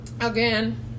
again